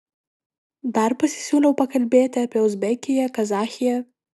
dar pasisiūliau pakalbėti apie uzbekiją kazachiją